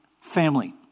family